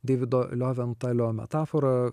deivido lioventalio metafora